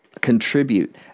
contribute